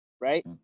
right